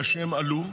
מצד שני, ברגע שהם עלו,